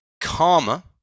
karma